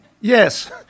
Yes